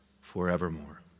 forevermore